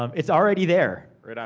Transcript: um it's already there. right on.